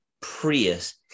Prius